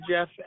Jeff